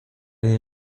der